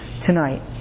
tonight